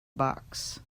box